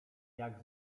jak